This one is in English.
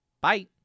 Bye